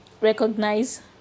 recognize